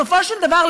בסופו של דבר,